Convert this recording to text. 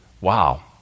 wow